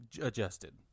adjusted